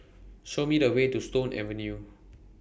Show Me The Way to Stone Avenue